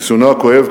ניסיונו הכואב,